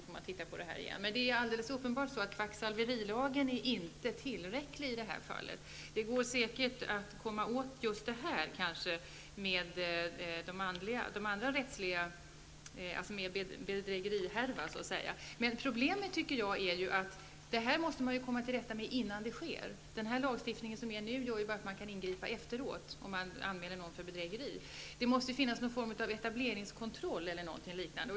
Kvacksalverilagen är uppenbarligen inte tillräcklig i detta fall. Det går säkert att komma åt dessa fall med andra rättsliga medel, t.ex. bestämmelserna om bedrägeri. Men problemet är att man måste komma till rätta med dessa fall innan de sker. Den nuvarande lagstiftningen medger endast att man kan ingripa efteråt, t.ex. genom att anmäla någon för bedrägeri. Det måste finnas någon form av etableringskontroll eller liknande.